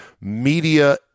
media